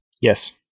Yes